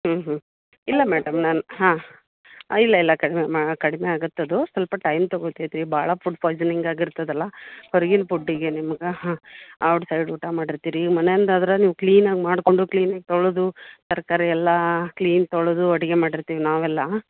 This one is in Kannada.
ಹ್ಞೂ ಹ್ಞೂ ಇಲ್ಲ ಮೇಡಮ್ ನಾನು ಹಾಂ ಇಲ್ಲ ಇಲ್ಲ ಕಡಿಮೆ ಮ ಆಗುತ್ತದು ಸ್ವಲ್ಪ ಟೈಮ್ ತಗೋತೇತ್ರಿ ಭಾಳ ಫುಡ್ ಪಾಯ್ಸನಿಂಗ್ ಆಗಿರ್ತದಲ್ಲ ಹೊರಗಿನ ಫುಡ್ಡಿಗೆ ನಿಮ್ಗೆ ಹಾಂ ಔಟ್ಸೈಡ್ ಊಟ ಮಾಡಿರ್ತೀರಿ ಮನೆಯಿಂದಾದ್ರೆ ನೀವು ಕ್ಲೀನಾಗಿ ಮಾಡಿಕೊಂಡು ಕ್ಲೀನಾಗಿ ತೊಳೆದು ತರಕಾರಿ ಎಲ್ಲ ಕ್ಲೀನ್ ತೊಳೆದು ಅಡುಗೆ ಮಾಡಿರ್ತೀವಿ ನಾವೆಲ್ಲ